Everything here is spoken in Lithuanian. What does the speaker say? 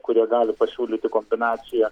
kurie gali pasiūlyti kombinaciją